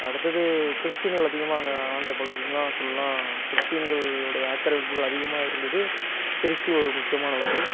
அடுத்தது கிறிஸ்டின் அதிகமாக அங்கே அந்த பகுதியில் தான் சொல்லலாம் கிறிஸ்டின்கள் உடைய ஆக்கிரமிப்புகள் அதிகமாயிருந்தது திருச்சி ஒரு முக்கியமான ஊர்